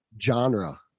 genre